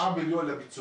אושרו 9 מיליון לביצוע.